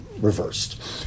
reversed